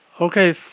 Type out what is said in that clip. Okay